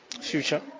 future